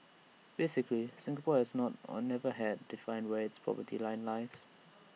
basically Singapore has not and never had defined where its poverty line lies